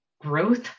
growth